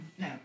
No